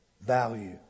Value